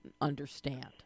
understand